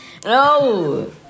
No